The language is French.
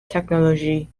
technologie